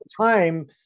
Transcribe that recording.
time